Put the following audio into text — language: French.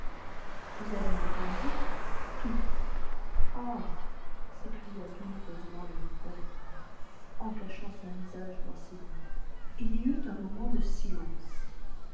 vous avez entendu tout ah s'écria douloureusement le vicomte en cachant son visage dans ses mains il y eut un moment de silence